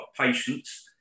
patience